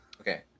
Okay